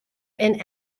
and